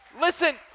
Listen